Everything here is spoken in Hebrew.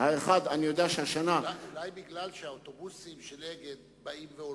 אולי כי האוטובוסים של "אגד" באים והולכים,